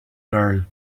girl